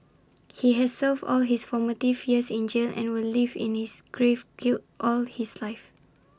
he has served all his formative years in jail and will live in this grave guilt all his life